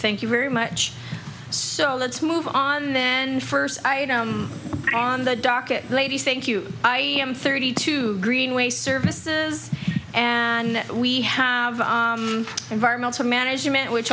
thank you very much so let's move on then first on the docket ladies thank you i am thirty two greenway services and we have environmental management which